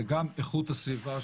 זו גם איכות הסביבה,